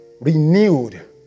renewed